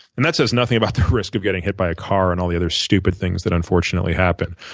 and that says nothing about the risk of getting hit by a car and all the other stupid things that unfortunately happen.